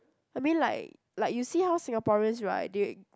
I mean like like you see how Singaporeans right they